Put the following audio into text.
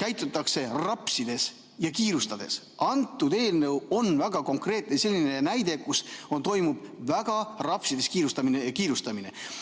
käitutakse rapsides ja kiirustades. Antud eelnõu on väga konkreetne näide, et toimub väga rapsides kiirustamine. Ma saan